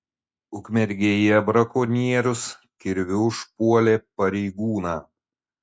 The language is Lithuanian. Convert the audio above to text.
ukmergėje brakonierius kirviu užpuolė pareigūną